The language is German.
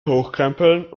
hochkrempeln